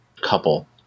couple